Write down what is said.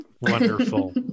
Wonderful